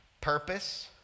Purpose